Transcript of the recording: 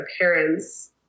parents